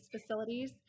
facilities